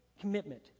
commitment